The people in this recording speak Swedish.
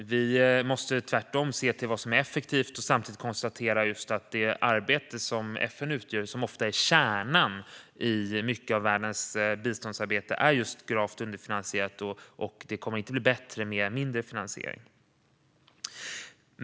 Vi måste tvärtom se till vad som är effektivt och samtidigt konstatera att det arbete som FN utför, och som ofta är kärnan i mycket av världens biståndsarbete, är just gravt underfinansierat. Och det kommer inte att bli bättre med mindre finansiering.